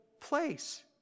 place